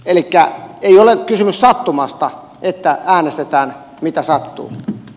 elikkä ei ole kysymys sattumasta että äänestetään mitä sattuu